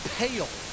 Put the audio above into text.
pale